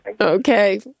Okay